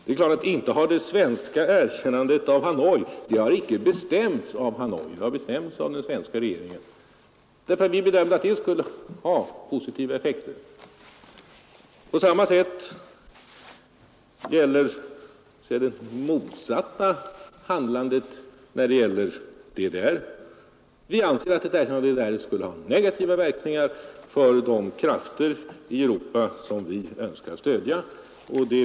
Naturligtvis har inte det svenska erkännandet av Hanoi bestämts av Hanoi; det har bestämts av den svenska regeringen därför att den ansåg att det skulle ha positiva effekter. I fråga om DDR anser vi att ett erkännande skulle ha negativa verkningar för de krafter i Europa som vi önskar stödja.